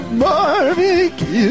barbecue